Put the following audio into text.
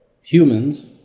humans